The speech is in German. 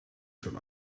schon